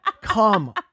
Come